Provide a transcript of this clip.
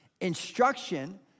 instruction